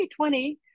2020